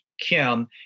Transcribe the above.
Kim